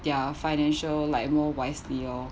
their financial like more wisely oh